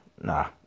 Nah